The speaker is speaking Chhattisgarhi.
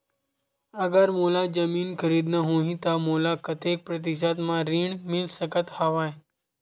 अगर मोला जमीन खरीदना होही त मोला कतेक प्रतिशत म ऋण मिल सकत हवय?